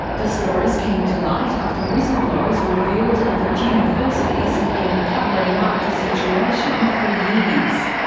the stories came to light after whistle-blowers revealed that universities had been covering up the situation for years.